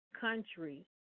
country